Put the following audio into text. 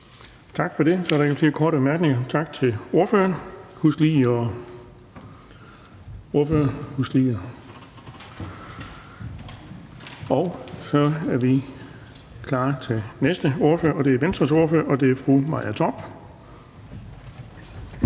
Tak for det. Så er der ikke flere korte bemærkninger. Tak til ordføreren. Så er vi klar til næste ordfører, og det er Venstres ordfører, fru Maja Torp.